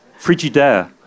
frigidaire